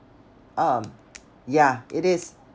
um yeah it is